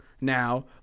now